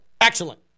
excellent